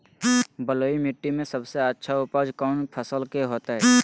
बलुई मिट्टी में सबसे अच्छा उपज कौन फसल के होतय?